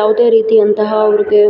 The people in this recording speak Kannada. ಯಾವುದೇ ರೀತಿಯಂತಹ ಅವ್ರಿಗೆ